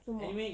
做么